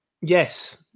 Yes